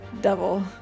devil